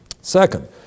Second